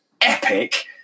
epic